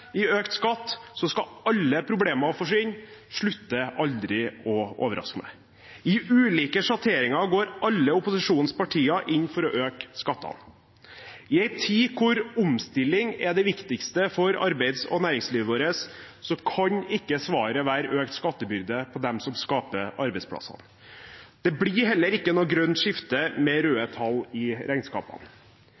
i økt skatt, så skal alle problemer forsvinne, slutter aldri å overraske meg. I ulike sjatteringer går alle opposisjonspartiene inn for å øke skattene. I en tid da omstilling er det viktigste for arbeids- og næringslivet vårt, kan ikke svaret være økt skattebyrde på dem som skaper arbeidsplassene. Det blir heller ikke noe grønt skifte med røde